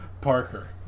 Parker